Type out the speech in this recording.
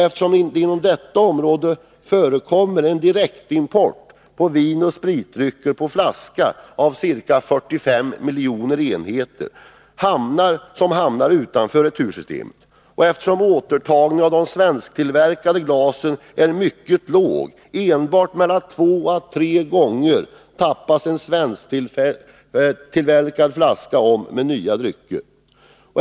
Eftersom det inom detta område förekommer en direktimport av vinoch spritdrycker på flaska av ca 45 miljoner enheter, hamnar dessa utanför retursystemet. Återtagningen av svensktillverkade glas är mycket låg — endast 2 å 3 gånger tappas en svensktillverkad flaska om med nya drycker.